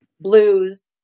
blues